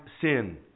sin